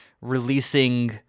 releasing